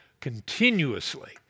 continuously